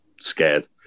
scared